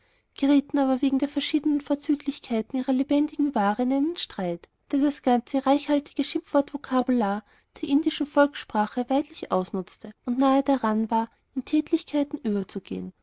gerieten aber wegen der verschiedenen vorzüglichkeiten ihrer lebendigen ware in einen streit der das ganze reichhaltige schimpfvokabular der indischen volkssprache weidlich ausnutzte und nahe daran war in tätlichkeiten überzugehen